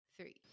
three